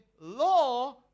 law